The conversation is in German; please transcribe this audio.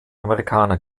amerikaner